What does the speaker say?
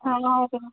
थाला वग़ैरह